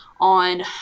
on